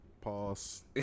Pause